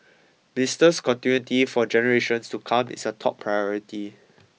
business continuity for generations to come is a top priority